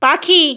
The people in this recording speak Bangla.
পাখি